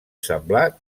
semblar